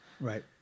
Right